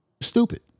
stupid